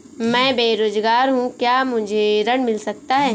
मैं बेरोजगार हूँ क्या मुझे ऋण मिल सकता है?